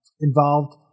involved